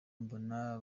mbona